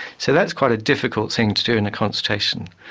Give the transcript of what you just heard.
so that's quite a difficult thing to do in a consultation.